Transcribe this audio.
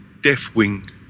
Deathwing